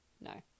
No